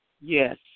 Yes